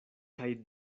kaj